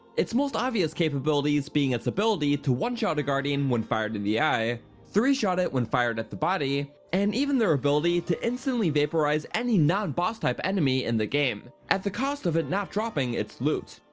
its most obvious capabilities being its ability to one shot a guardian when fired in the eye, three shot it when fired at the body, and even their ability to instantly vaporize any non boss type enemy in the game at the cost of it not dropping its loot.